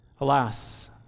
Alas